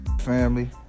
family